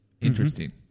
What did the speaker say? Interesting